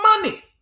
money